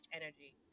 energy